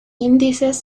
índices